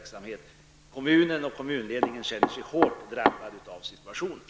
Kommunen och kommunledningen känner sig hårt drabbade av situationen.